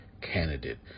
candidate